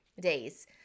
days